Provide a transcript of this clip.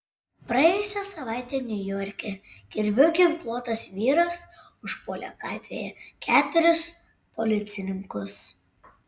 praėjusią savaitę niujorke kirviu ginkluotas vyras užpuolė gatvėje keturis policininkus